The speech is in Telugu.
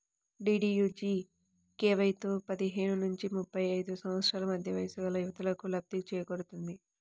డీడీయూజీకేవైతో పదిహేను నుంచి ముప్పై ఐదు సంవత్సరాల మధ్య వయస్సుగల యువతకు లబ్ధి చేకూరుతుంది